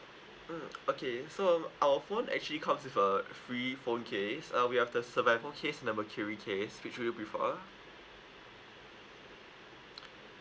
mm okay so um our phone actually comes with a free phone case uh we have the survival case and the mercury case which will you prefer